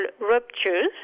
ruptures